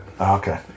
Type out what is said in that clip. Okay